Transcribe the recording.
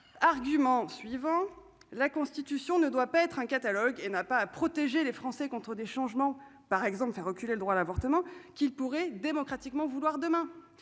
argument suivant la constitution ne doit pas être un catalogue et n'a pas à protéger les Français contre des changements, par exemple, faire reculer le droit à l'avortement qu'il pourrait démocratiquement vouloir demain,